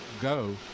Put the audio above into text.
go